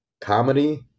comedy